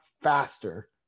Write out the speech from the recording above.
faster